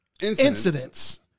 incidents